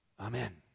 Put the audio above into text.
Amen